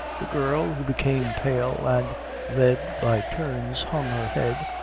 the girl, who became pale and red by turns, hung her head,